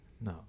No